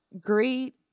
great